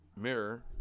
mirror